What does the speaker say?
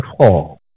fall